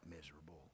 miserable